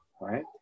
right